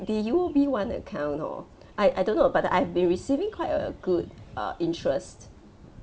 the U_O_B one account hor I I don't know but the I've been receiving quite a good uh interest